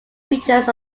features